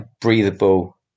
breathable